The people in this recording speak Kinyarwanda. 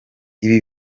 ibi